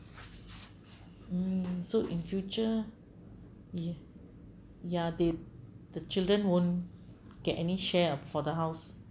mm so in future ye~ya they the children won't get any share ah for the house